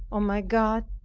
o my god,